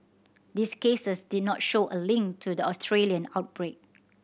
these cases did not show a link to the Australian outbreak